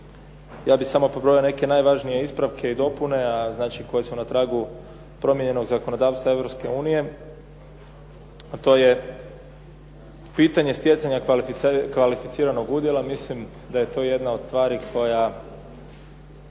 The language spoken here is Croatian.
ja bih samo pobrojao samo neke najvažnije ispravke i dopune, a znači koje su na tragu promijenjenog zakonodavstva Europske unije. To je pitanje stjecanja kvalificiranog udjela. Mislim da je to jedna od stvari koja